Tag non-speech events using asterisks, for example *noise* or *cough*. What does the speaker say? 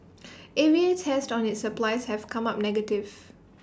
*noise* A V A tests on its supplies have come up negative